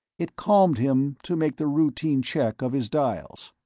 it calmed him to make the routine check of his dials.